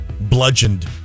Bludgeoned